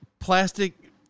Plastic